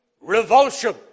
revulsion